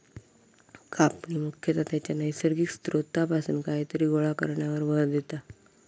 कापणी मुख्यतः त्याच्या नैसर्गिक स्त्रोतापासून कायतरी गोळा करण्यावर भर देता